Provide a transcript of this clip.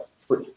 free